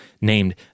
named